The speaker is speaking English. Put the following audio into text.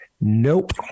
Nope